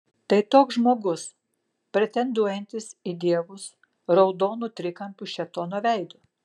tai toks žmogus pretenduojantis į dievus raudonu trikampiu šėtono veidu